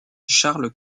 charles